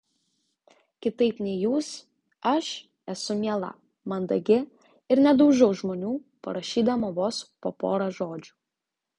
kitaip nei jūs aš esu miela mandagi ir nedaužau žmonių parašydama vos po porą žodžių